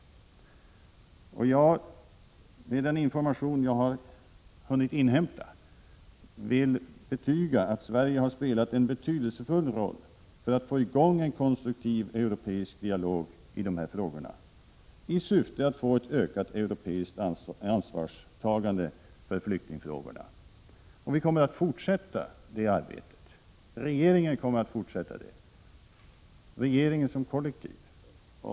Med den information jag hunnit inhämta vill jag betyga att Sverige spelat en betydelsefull roll för att få i gång en konstruktiv europeisk dialog i dessa frågor, i syfte att få ett ökat europeiskt ansvarstagande för flyktingfrågorna. Regeringen som kollektiv kommer att fortsätta med det arbetet.